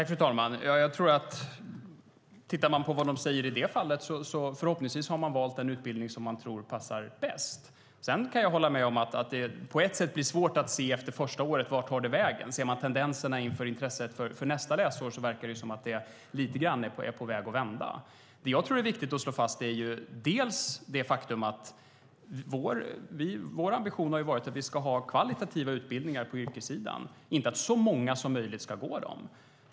Fru talman! I det fallet har de förhoppningsvis valt den utbildning som de tror passar bäst. Jag kan hålla med om att det är svårt att efter första året se vart det tar vägen. Ser man till tendenserna när det gäller intresset för nästa läsår verkar det vara på väg att vända. Det är viktigt att slå fast att vår ambition har varit att vi ska ha kvalitativa utbildningar på yrkessidan, inte att så många som möjligt ska gå där.